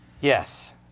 Yes